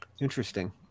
Interesting